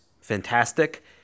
fantastic